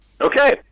Okay